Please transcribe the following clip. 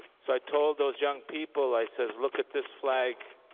so i told those young people i said look at this flag.